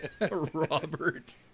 Robert